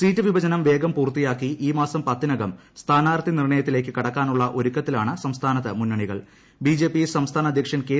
seat വിഭജനം വേഗം പൂർത്തിയാക്കി ഈ മാസം പത്തിനകം സ്ഥാനാർത്ഥി നിർണയത്തിലേക്ക് കടക്കാനുള്ള ഒരുക്കത്തിലാണ് സംസ്ഥാനത്ത് മുന്നണിക്കൾ ബിജെപി സംസ്ഥാന അദ്ധ്യക്ഷൻ കെ